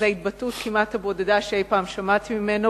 זו ההתבטאות הבודדה כמעט שאי-פעם שמעתי ממנו,